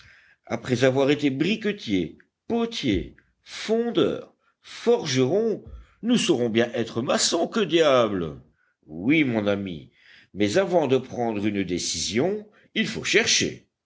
après avoir été briquetiers potiers fondeurs forgerons nous saurons bien être maçons que diable oui mon ami mais avant de prendre une décision il faut chercher